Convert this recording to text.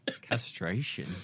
Castration